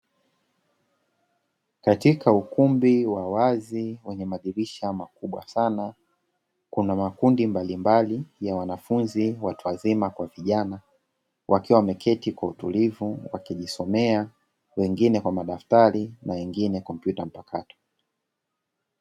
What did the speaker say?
Katika ukumbi wa wazi wenye madirisha makubwa sana, kuna makundi mbalimbali ya wanafunzi watu wazima kwa vijana, wakiwa wameketi kwa utulivu kwa kujisomea wengine kwa madaftari na wengine kompyuta mpakato.